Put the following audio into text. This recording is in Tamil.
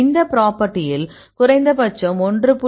இந்த பிராப்பர்ட்டியில் குறைந்தபட்சம் 1